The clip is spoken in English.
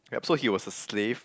yup so he was a slave